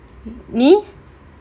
நீ:nee